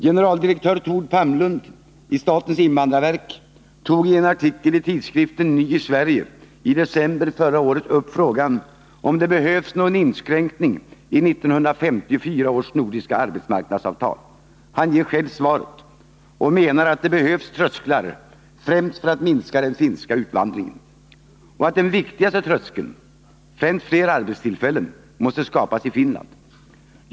Generaldirektör Thord Palmlund i statens invandrarverk tog i en artikel i tidskriften Ny i Sverige i december förra året upp frågan, om det behövs någon inskränkning i 1954 års nordiska arbetsmarknadsavtal. Han ger själv svaret och menar att det behövs trösklar främst för att minska den finska utvandringen, och att den viktigaste tröskeln — främst fler arbetstillfällen — måste skapas i Finland.